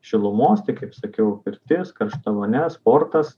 šilumos tik kaip sakiau pirties karšta vonia sportas